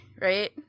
right